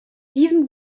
diesem